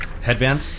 headband